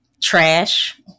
Trash